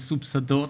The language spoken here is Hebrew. מסובסדות,